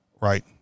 right